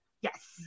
Yes